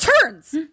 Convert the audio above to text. turns